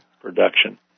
production